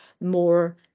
more